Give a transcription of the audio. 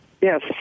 Yes